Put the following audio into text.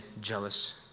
jealous